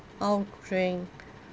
oh drink